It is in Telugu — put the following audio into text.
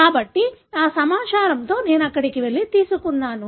కాబట్టి ఆ సమాచారంతో నేను అక్కడికి వెళ్లి తీసుకున్నాను